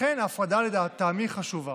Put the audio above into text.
לכן ההפרדה לטעמי חשובה.